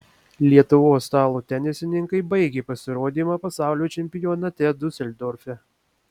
lietuvos stalo tenisininkai baigė pasirodymą pasaulio čempionate diuseldorfe